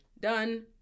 done